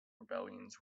rebellions